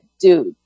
dude